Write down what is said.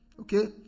Okay